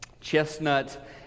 Chestnut